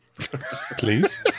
please